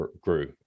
grew